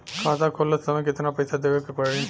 खाता खोलत समय कितना पैसा देवे के पड़ी?